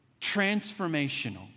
transformational